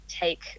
take